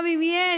גם אם יש,